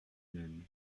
même